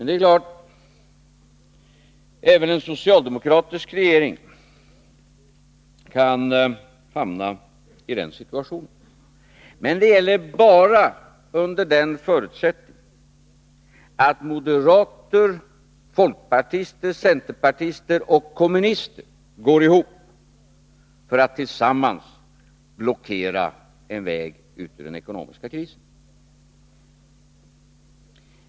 Det är klart att även en socialdemokratisk regering kan hamna i den situationen. Men det gäller bara under den förutsättningen att moderater, folkpartister, centerpartister och kommunister går ihop för att tillsammans blockera en väg ut ur den ekonomiska krisen.